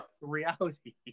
reality